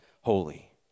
holy